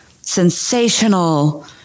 sensational